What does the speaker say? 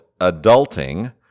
Adulting